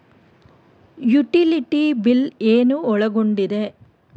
Utility bill ಏನು ಒಳಗೊಂಡಿದೆ?